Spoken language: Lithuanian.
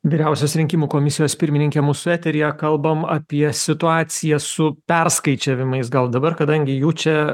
vyriausios rinkimų komisijos pirmininkė mūsų eteryje kalbam apie situaciją su perskaičiavimais gal dabar kadangi jų čia